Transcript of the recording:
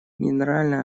генеральная